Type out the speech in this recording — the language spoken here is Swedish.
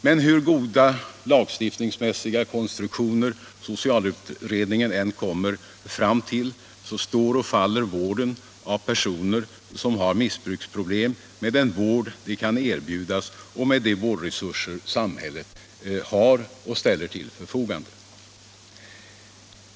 Men hur goda lagstiftningsmässiga konstruktioner socialutredningen än kommer fram till, så står och faller vården av personer som har missbruksproblem med den vård de kan erbjudas med de vårdresurser samhället har och ställer till förfogande.